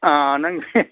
ꯑꯥ ꯅꯪꯁꯦ